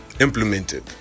implemented